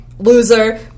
Loser